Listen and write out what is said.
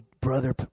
Brother